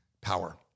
power